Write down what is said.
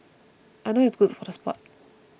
I know it's good for the sport